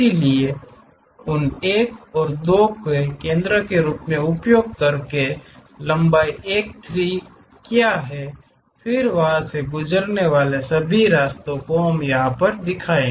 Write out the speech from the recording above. इसलिए उन 1 और 2 को केंद्रों के रूप में उपयोग करना मापता है कि लंबाई 1 3 क्या है फिर वहां से गुजरने वाले सभी रास्तों को यह पर दिखाए